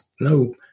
No